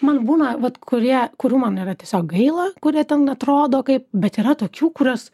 man būna vat kurie kurių man yra tiesiog gaila kurie ten atrodo kaip bet yra tokių kurios